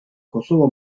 kosova